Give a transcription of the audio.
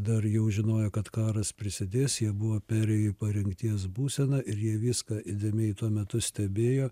dar jau žinojo kad karas prisidės jie buvo perėję į parengties būseną ir jie viską įdėmiai tuo metu stebėjo